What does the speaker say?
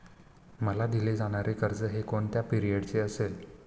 मला दिले जाणारे कर्ज हे कोणत्या पिरियडचे असेल?